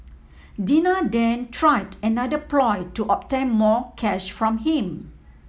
Dina then tried another ploy to obtain more cash from him